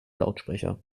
lautsprecher